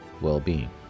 well-being